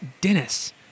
Dennis